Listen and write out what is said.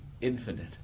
infinite